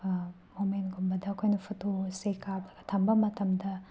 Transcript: ꯃꯣꯃꯦꯟꯒꯨꯝꯕꯗ ꯑꯩꯈꯣꯏꯅ ꯐꯣꯇꯣ ꯑꯁꯦ ꯀꯥꯞꯂꯒ ꯊꯝꯕ ꯃꯇꯝꯗ